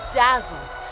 dazzled